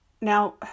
Now